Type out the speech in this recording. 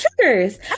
triggers